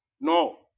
No